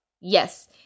Yes